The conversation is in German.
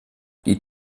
die